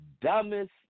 dumbest